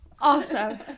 Awesome